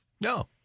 No